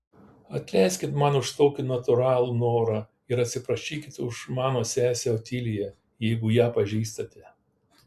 atleiskit man už tokį natūralų norą ir atsiprašykit už mane sesę otiliją jeigu ją pažįstate